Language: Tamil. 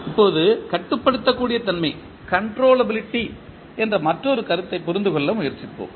இப்போது கட்டுப்படுத்தக் கூடிய தன்மை என்ற மற்றொரு கருத்தை புரிந்து கொள்ள முயற்சிப்போம்